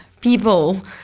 people